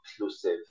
inclusive